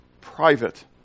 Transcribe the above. private